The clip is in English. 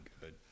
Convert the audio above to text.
good